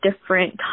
different